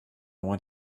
want